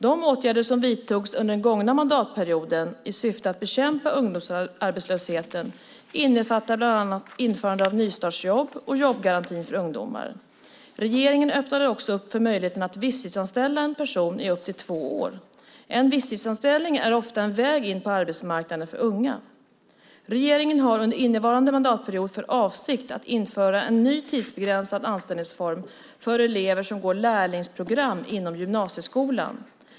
De åtgärder som vidtogs under den gångna mandatperioden i syfte att bekämpa ungdomsarbetslösheten innefattar bland annat införandet av nystartsjobb och jobbgarantin för ungdomar. Regeringen öppnade också upp för möjligheten att visstidsanställa en person i upp till två år. En visstidsanställning är ofta en väg in på arbetsmarknaden för unga. Regeringen har under innevarande mandatperiod för avsikt att införa en ny tidsbegränsad anställningsform för elever som går lärlingsprogram inom gymnasieskolan.